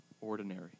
ordinary